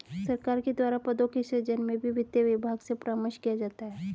सरकार के द्वारा पदों के सृजन में भी वित्त विभाग से परामर्श किया जाता है